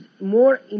more